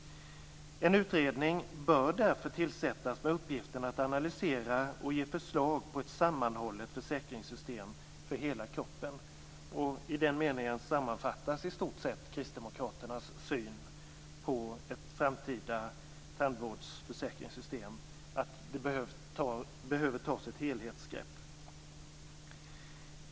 En utredning bör därför tillsättas med uppgift att analysera och ge förslag till ett sammanhållet försäkringssystem för hela kroppen. I den uppgiften sammanfattas i stort sett kristdemokraternas syn på ett framtida tandvårdsförsäkringssystem. Det behöver här tas ett helhetsgrepp.